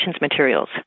materials